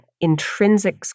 intrinsic